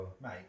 Mate